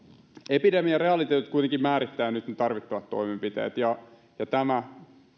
epidemian realiteetit kuitenkin määrittävät nyt ne tarvittavat toimenpiteet ja tämä